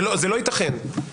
זה לא ייתכן.